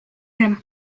rmk